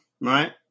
right